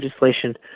legislation